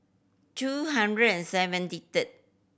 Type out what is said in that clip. two hundred and seventy third